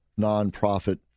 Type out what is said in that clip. nonprofit